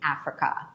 Africa